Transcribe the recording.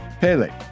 Pele